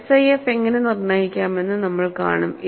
SIF എങ്ങനെ നിർണ്ണയിക്കാമെന്ന് നമ്മൾ കാണും